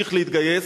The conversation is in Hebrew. נמשיך להתגייס,